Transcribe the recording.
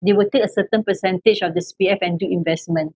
they will take a certain percentage of the C_P_F and do investment